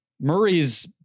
Murray's